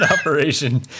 operation